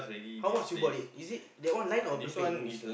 how much you bought it that one line or prepaid use